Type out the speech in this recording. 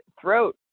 throat